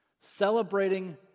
celebrating